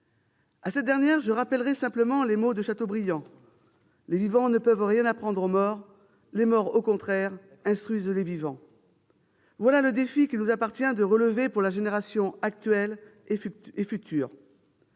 À cette dernière question, je rappellerai simplement les mots de Chateaubriand :« Les vivants ne peuvent rien apprendre aux morts ; les morts, au contraire, instruisent les vivants ». Voilà le défi qu'il nous appartient de relever pour la génération actuelle et celles